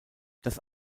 das